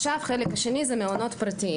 חלק השני מעונות פרטיים.